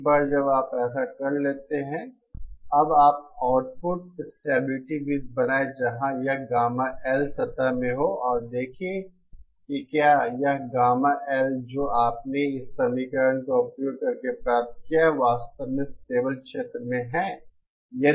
एक बार जब आप ऐसा कर लेते हैं कि अब आप आउटपुट स्टेबिलिटी वृत्त बनाएं जहाँ हम गामा L सतह में हो और देखें कि क्या यह गामा L जो आपने इस समीकरण का उपयोग करके प्राप्त किया है वास्तव में स्टेबल क्षेत्र में है